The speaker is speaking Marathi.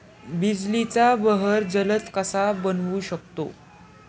बिजलीचा बहर जलद कसा बनवू शकतो?